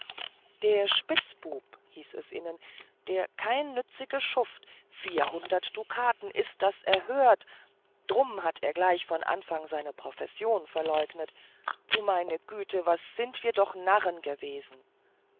der spitzbub hieß es innen der keinnützige schuft vierhundert dukaten ist das erhört drum hat er gleich von anfang seine profession verleugnet du meine güte was sind wir doch narren gewesen